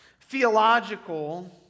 theological